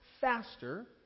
faster